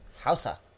Hausa